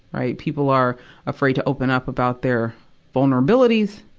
right? people are afraid to open up about their vulnerabilities,